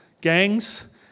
gangs